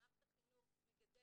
ומערכת החינוך מגדלת,